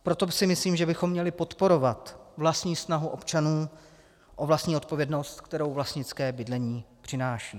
Proto si myslím, že bychom měli podporovat vlastní snahu občanů o vlastní odpovědnost, kterou vlastnické bydlení přináší.